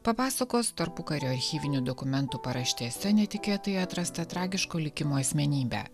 papasakos tarpukario archyvinių dokumentų paraštėse netikėtai atrastą tragiško likimo asmenybę